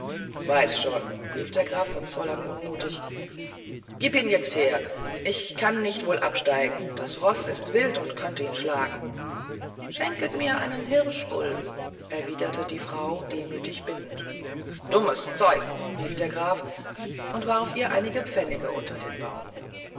weiß schon rief der herr von zollern unmutig gib ihn jetzt her ich kann nicht wohl absteigen das roß ist wild und könnte ihn schlagen schenket mir einen hirschgulden erwiderte die frau demütig bittend dummes zeug schrie der graf und warf ihr einige pfennige unter den baum